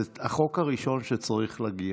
זה החוק הראשון שצריך להגיע.